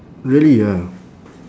really ah